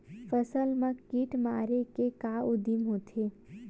फसल मा कीट मारे के का उदिम होथे?